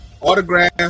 autograph